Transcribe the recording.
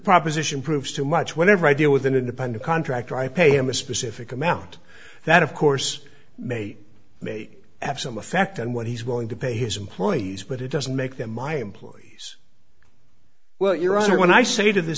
proposition proves too much whenever i deal with an independent contractor i pay him a specific amount that of course may may have some effect on what he's willing to pay his employees but it doesn't make them my employees well your honor when i say to the